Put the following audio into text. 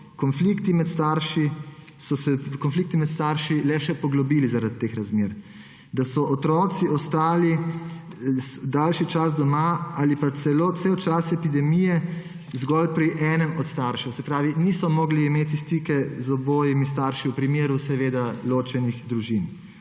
konflikti med starši le še poglobili zaradi teh razmer, otroci so ostali daljši čas doma ali pa celo cel čas epidemije zgolj pri enem od staršev, se pravi, niso mogli imeti stikov z obema staršema v primeru ločenih družin.